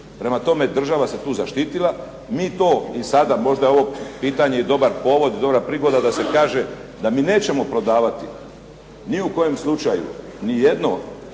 Prema tome, država se tu zaštitila. Mi to i sada možda je ovo pitanje i dobar povod, dobra prigoda da se kaže da mi nećemo prodavati ni u kojem slučaju ni jedno,